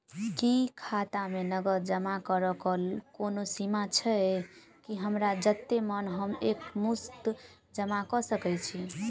की खाता मे नगद जमा करऽ कऽ कोनो सीमा छई, की हमरा जत्ते मन हम एक मुस्त जमा कऽ सकय छी?